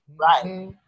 Right